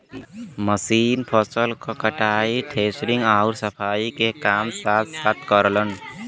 machine फसल क कटाई, थ्रेशिंग आउर सफाई के काम साथ साथ करलन